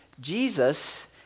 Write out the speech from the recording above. Jesus